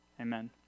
Amen